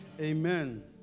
Amen